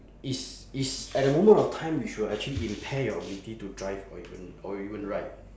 it's it's at the moment of time you should actually impair your ability to drive or even or even ride